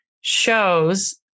shows